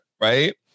Right